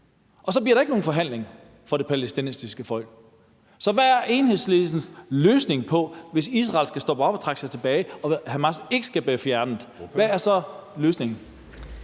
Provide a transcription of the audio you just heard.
og så bliver der ikke nogen forhandling for det palæstinensiske folk. Så hvad er Enhedslistens løsning på det, hvis Israel skal stoppe op og trække sig tilbage og Hamas ikke skal blive fjernet? Hvad er så løsningen?